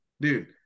dude